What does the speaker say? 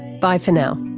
bye for now